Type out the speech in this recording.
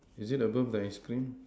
is it above the ice cream